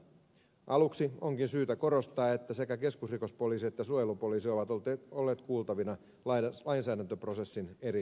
aluksi onkin syytä korostaa että sekä keskusrikospoliisi että suojelupoliisi ovat olleet kuultavina lainsäädäntöprosessin eri vaiheissa